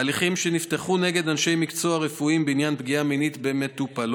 ההליכים שנפתחו נגד אנשי מקצוע רפואיים בעניין פגיעה מינית במטופלות: